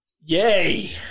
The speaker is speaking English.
Yay